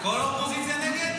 כל האופוזיציה נגד?